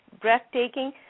Breathtaking